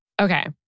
Okay